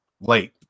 late